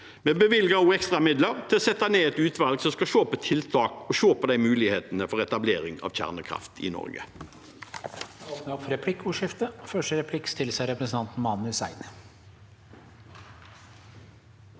Vi bevilger også ekstramidler til å sette ned et utvalg som skal se på tiltak og mulighetene for etablering av kjernekraft i Norge.